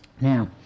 Now